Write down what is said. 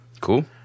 Cool